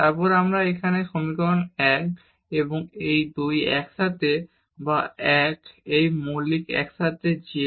তারপর এখানে সমীকরণ 1 এবং 2 একসাথে বা 1 2 মৌলিকভাবে একসাথে z বলা যাবে